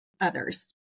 others